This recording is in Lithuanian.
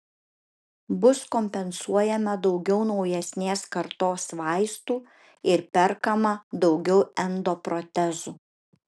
bus kompensuojama daugiau naujesnės kartos vaistų ir perkama daugiau endoprotezų